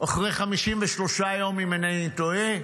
אחרי 53 יום, אם אינני טועה,